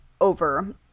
over